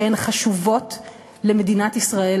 שהן חשובות למדינת ישראל,